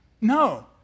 No